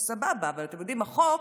סבבה, אבל אתם יודעים, החוק,